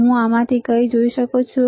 શું તમે આમાં કંઈ જોઈ શકો છો